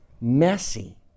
messy